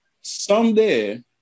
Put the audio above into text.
Someday